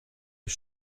des